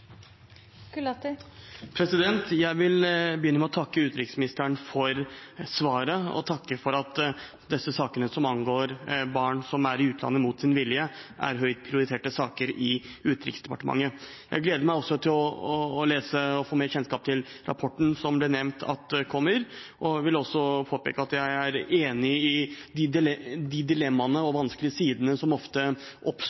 reell. Jeg vil begynne med å takke utenriksministeren for svaret, og for at disse sakene som angår barn som er i utlandet mot sin vilje, er høyt prioriterte saker i Utenriksdepartementet. Jeg gleder meg til å lese og få mer kjennskap til rapporten som ble nevnt at kommer, og vil påpeke at jeg er enig når det gjelder de dilemmaene og